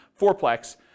fourplex